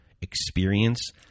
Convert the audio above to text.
experience